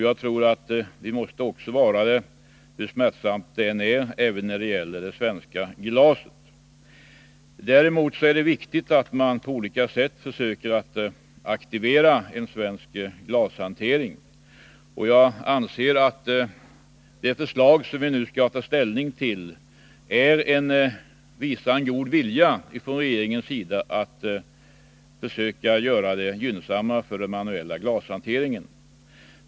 Jag tror också att vi måste vara det, hur smärtsamt det än kan vara. Däremot är det viktigt att vi på olika sätt försöker att aktivera och förstärka den svenska glashanteringen. Jag anser att de förslag som vi nu skall ta ställning till är ett bevis för god vilja inom regeringen att försöka göra läget gynnsammare för det svenska glaset.